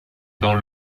dans